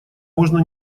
можно